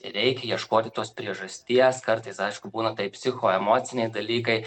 reikia ieškoti tos priežasties kartais aišku būna taip psichoemociniai dalykai